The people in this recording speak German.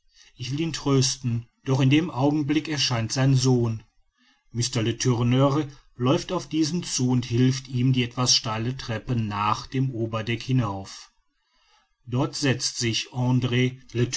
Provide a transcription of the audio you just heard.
ich will ihn trösten doch in dem augenblick erscheint sein sohn mr letourneur läuft auf diesen zu und hilft ihm die etwas steile treppe nach dem oberdeck hinauf dort setzt sich andr